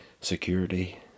security